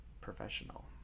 professional